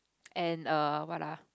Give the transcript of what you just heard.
and err what ah